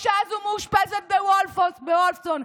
האישה הזו מאושפזת בוולפסון.